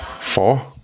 Four